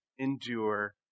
endure